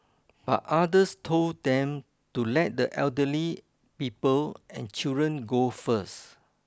but others told them to let the elderly people and children go first